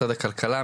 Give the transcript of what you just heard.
משרד הכלכלה,